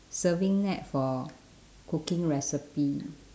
surfing net for cooking recipe